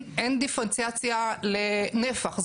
אין דיפרנציאציה לנפח.